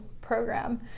program